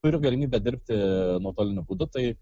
turiu galimybę dirbti nuotoliniu būdu tai